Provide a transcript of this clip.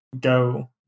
go